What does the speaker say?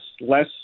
less